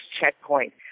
checkpoint